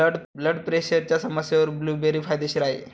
blood प्रेशरच्या समस्येवर blueberry फायदेशीर आहे